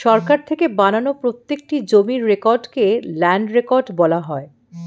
সরকার থেকে বানানো প্রত্যেকটি জমির রেকর্ডকে ল্যান্ড রেকর্ড বলা হয়